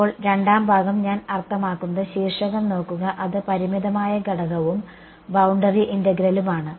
ഇപ്പോൾ രണ്ടാം ഭാഗം ഞാൻ അർത്ഥമാക്കുന്നത് ശീർഷകം നോക്കുക അത് പരിമിതമായ ഘടകവും ബൌണ്ടറി ഇന്റെഗ്രേലുമാണ്